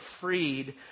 freed